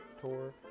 tour